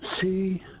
See